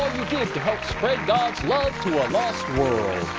to help spread god's love to a lost world!